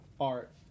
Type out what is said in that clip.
art